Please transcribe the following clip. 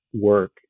work